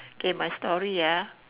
okay my story ah